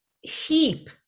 heap